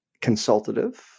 consultative